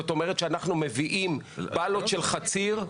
זאת אומרת שאנחנו מביאים בלות של חציר.